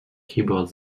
keyboard